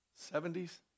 70s